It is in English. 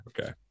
okay